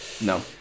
no